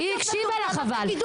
היא האשימה אותי שאני מקבלת כסף.